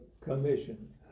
commission